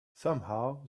somehow